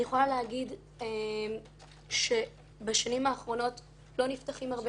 אני יכולה להגיד שבשנים האחרונות לא נפתחים הרבה